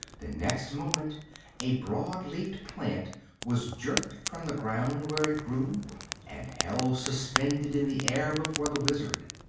the next moment a broad-leaved plant was jerked from the ground where it grew and held suspended in the air before the wizard.